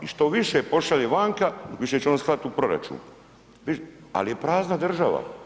I što više pošalje vanka, više će on slati u proračun ali je prazna država.